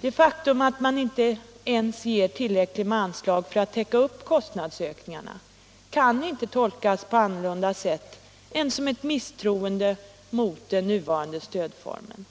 Det faktum att man inte ens ger tillräckliga anslag för att täcka kostnadsökningarna kan inte tolkas på annat sätt än som ett misstroende mot den nuvarande stödformen.